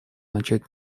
начать